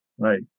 right